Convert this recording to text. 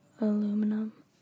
aluminum